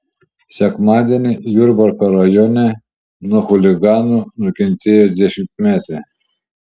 sekmadienį jurbarko rajone nuo chuliganų nukentėjo dešimtmetė